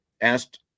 asked